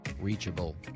Reachable